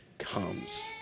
Comes